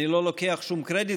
אני לא לוקח שום קרדיט,